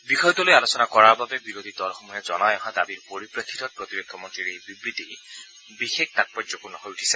বিষয়টো লৈ আলোচনা কৰাৰ বাবে বিৰোধী দলসমূহে জনাই অহা দাবীৰ পৰিপ্ৰেক্ষিতত প্ৰতিৰক্ষা মন্ত্ৰীৰ এই বিবৃতি বিশেষ তাৎপৰ্যপূৰ্ণ হৈ উঠিছে